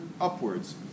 upwards